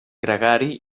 gregari